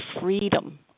freedom